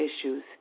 issues